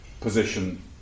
position